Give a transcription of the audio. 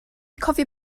cofio